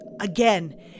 Again